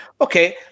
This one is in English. Okay